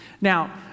Now